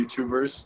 YouTubers